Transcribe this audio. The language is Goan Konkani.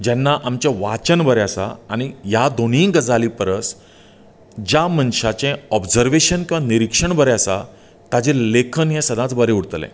जेन्ना आमचें वाचन बरें आसा आनी ह्या दोनी गजाली परस ज्या मनशाचें ओबजरवेशन किंवा निरीक्षण बरें आसा ताजें लेखन हें सदांच बरें उरतलें